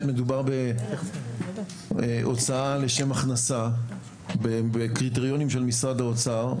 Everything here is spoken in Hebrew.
מדובר בהוצאה לשם הכנסה בקריטריונים של משרד האוצר,